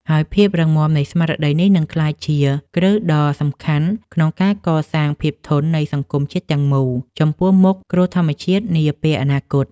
ហើយភាពរឹងមាំនៃស្មារតីនេះនឹងក្លាយជាគ្រឹះដ៏សំខាន់ក្នុងការកសាងភាពធន់នៃសង្គមជាតិទាំងមូលចំពោះមុខគ្រោះធម្មជាតិនាពេលអនាគត។